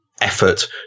effort